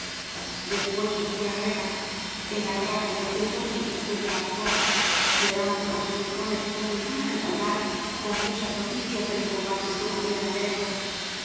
después surgió la guerra ea la barraca del tío tóai temblaba la borda llorando por los rincones cuando llegaban al palmar confusas noticias de los combates que ocurrían allá lejos en